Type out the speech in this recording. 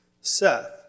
Seth